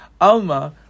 Alma